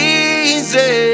easy